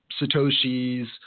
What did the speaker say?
Satoshi's